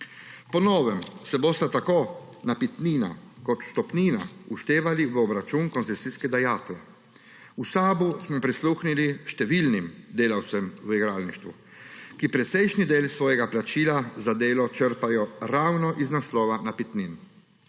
Po novem se bosta tako napitnina kot vstopnina vštevali v obračun koncesijske dajatve. V SAB smo prisluhnili številnim delavcem v igralništvu, ki precejšnji del svojega plačila za delo črpajo ravno iz naslova napitnin.